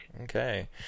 Okay